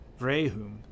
Vrehum